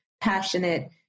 Passionate